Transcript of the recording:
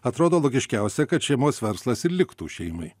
atrodo logiškiausia kad šeimos verslas ir liktų šeimai